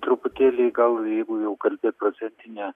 truputėlį gal jeigu jau kalbėti procentinę